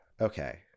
okay